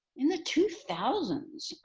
in the two thousand